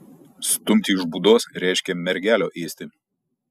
stumti iš būdos reiškė mergelio ėsti